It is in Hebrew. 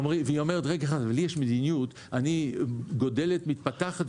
היא אומרת: יש לי מדיניות, אני גדלה ומתפתחת.